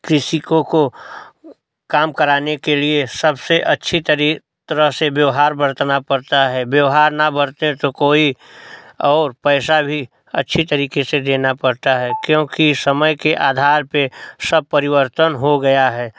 कृषिकों को काम कराने के लिए सबसे अच्छी तरी तरह से व्यवहार बरतना पड़ता है व्यवहार न बरतें तो कोई और पैसा भी अच्छी तरीके से देना पड़ता है क्योंकि समय के आधार पर सब परिवर्तन हो गया है